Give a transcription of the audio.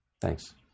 Thanks